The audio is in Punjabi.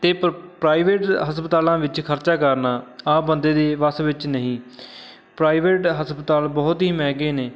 ਅਤੇ ਪ ਪ੍ਰਾਈਵੇਟ ਹਸਪਤਾਲਾਂ ਵਿੱਚ ਖਰਚਾ ਕਰਨਾ ਆਮ ਬੰਦੇ ਦੇ ਵਸ ਵਿੱਚ ਨਹੀਂ ਪ੍ਰਾਈਵੇਟ ਹਸਪਤਾਲ ਬਹੁਤ ਹੀ ਮਹਿੰਗੇ ਨੇ